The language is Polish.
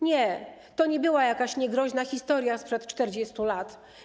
Nie, to nie była jakaś niegroźna historia sprzed 40. lat.